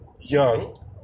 young